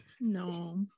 no